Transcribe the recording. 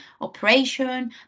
operation